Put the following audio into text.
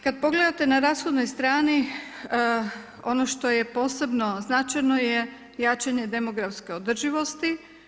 Kad pogledate na rashodnoj strani, ono što je posebno značajno je jačanje demografske održivosti.